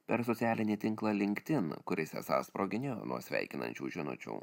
per socialinį tinklą linkdin kuris esą sproginėjo nuo sveikinančių žinučių